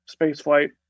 spaceflight